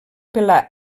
pelar